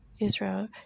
Israel